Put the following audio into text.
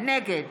נגד